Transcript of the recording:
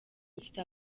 ufite